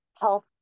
health